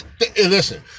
Listen